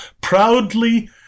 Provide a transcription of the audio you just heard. proudly